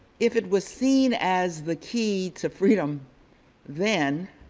if it was seen as the key to freedom then